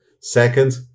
Second